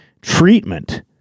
Treatment